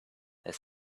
there